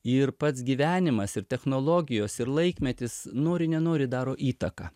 ir pats gyvenimas ir technologijos ir laikmetis nori nenori daro įtaką